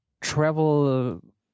travel